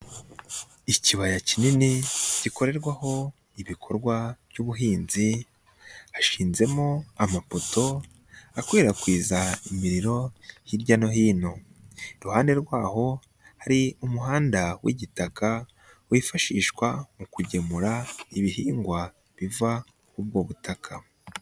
Ikibaya kinini gikorerwaho ibikorwa by'ubuhinzi, hashinzemo amapoto akwirakwiza imiriro hirya no hino. Iruhande rwaho hari umuhanda w'igitaka wifashishwa mu kugemura ibihingwa biva k'ubwo butaka.